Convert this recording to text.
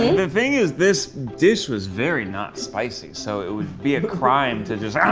the thing is this dish was very not spicy so it would be a crime to just